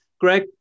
Greg